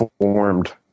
formed